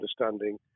understanding